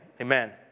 amen